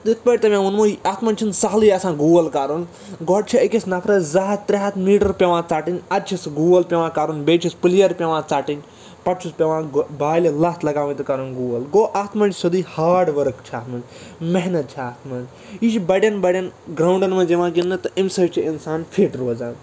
یِتھٕ پٲٹھۍ تۄہہِ مےٚ ووٚنمَو اَتھ منٛز چھِنہٕ سہلٕے آسان گول کَرُن گۄڈٕ چھِ أکِس نفرَس زٕ ہَتھ ترٛےٚ ہَتھ میٖٹَر پٮ۪وان ژَٹٕنۍ اَدٕ چھُ سُہ گول پٮ۪وان کَرُن بیٚیہِ چھِس پُلیر پٮ۪وان ژَٹٕنۍ پتہٕ چھُس پٮ۪وان بالہِ لَتھ لگاوٕنۍ تہٕ کَرُن گول گوٚو اَتھ منٛز چھِ سیٚودٕے ہارڈ ؤرٕک چھِ اَتھ منٛز محنت چھِ اَتھ منٛز یہِ چھِ بَڈٮ۪ن بَڈٮ۪ن گرٛاونٛڈَن منٛز یِوان گِنٛدنہٕ تہٕ اَمہِ سۭتۍ چھِ اِنسان فِٹ روزان